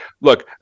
look